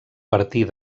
partir